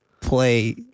play